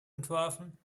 entworfen